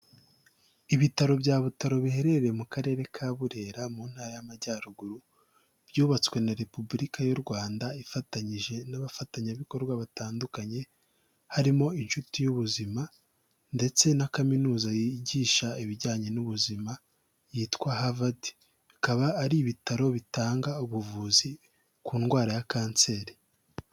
Ibitaro bya Butaro biherereye mu karere ka Burera mu ntara y'Amajyaruguru, byubatswe na Repubulika y'u Rwanda ifatanyije n'abafatanyabikorwa batandukanye, harimo inshuti y'ubuzima ndetse na kaminuza yigisha ibijyanye n'ubuzima yitwa Havadi; ikaba ari ibitaro bitanga ubuvuzi ku ndwara ya kanseri.